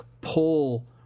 pull